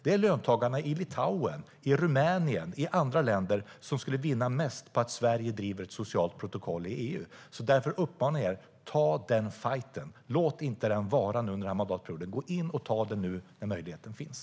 Det är löntagarna i Litauen, i Rumänien och i andra länder som skulle vinna mest på att Sverige driver frågan om ett socialt protokoll i EU. Därför uppmanar jag er: Ta den fajten! Låt inte den vara under mandatperioden. Gå in och ta den nu när möjligheten finns!